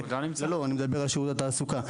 אני מדבר על שירות התעסוקה,